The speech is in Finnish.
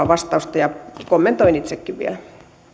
vastausta ja kommentoin sitä itsekin vielä